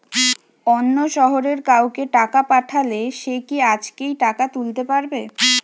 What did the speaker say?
অন্য শহরের কাউকে টাকা পাঠালে সে কি আজকেই টাকা তুলতে পারবে?